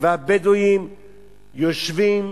והבדואים יושבים